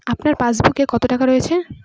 আপনার পাসবুকে কত টাকা রয়েছে?